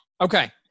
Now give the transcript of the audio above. Okay